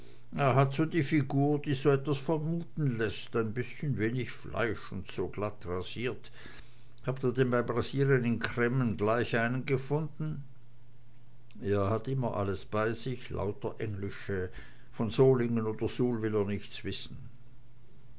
er hat so die figur die so was vermuten läßt ein bißchen wenig fleisch und so glattrasiert habt ihr denn beim rasieren in cremmen gleich einen gefunden er hat alles immer bei sich lauter englische von solingen oder suhl will er nichts wissen